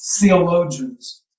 theologians